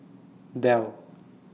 Dell